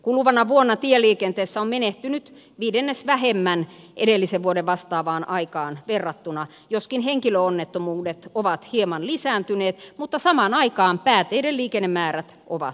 kuluvana vuonna tieliikenteessä on menehtynyt viidennes vähemmän edellisen vuoden vastaavaan aikaan verrattuna joskin henkilöonnettomuudet ovat hieman lisääntyneet mutta samaan aikaan pääteiden liikennemäärät ovat lisääntyneet